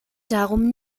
darum